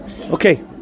Okay